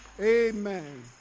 Amen